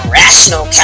rational